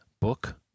book